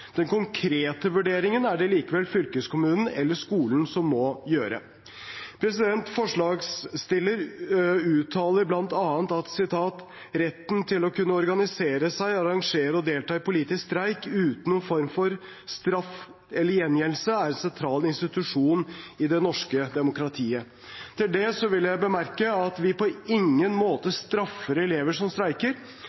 Den konkrete vurderingen er det likevel fylkeskommunen eller skolen som må gjøre. Forslagsstilleren uttaler bl.a. at retten til å kunne organisere seg og arrangere og delta i politisk streik uten noen form for straff eller gjengjeldelse er en sentral institusjon i det norske demokratiet. Til det vil jeg bemerke at vi på ingen måte